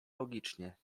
logicznie